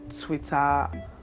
Twitter